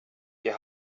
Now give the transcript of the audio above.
wir